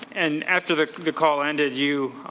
and after the the call ended you,